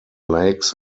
lakes